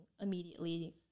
immediately